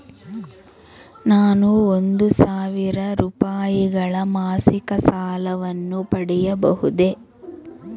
ನಾನು ಒಂದು ಸಾವಿರ ರೂಪಾಯಿಗಳ ಮಾಸಿಕ ಸಾಲವನ್ನು ಪಡೆಯಬಹುದೇ?